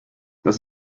das